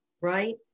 right